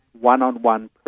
one-on-one